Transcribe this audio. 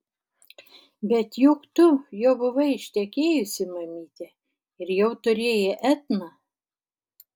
bet juk tu jau buvai ištekėjusi mamyte ir jau turėjai etną